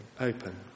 open